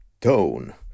tone